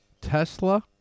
Tesla